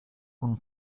kun